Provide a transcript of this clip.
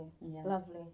Lovely